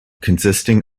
consisting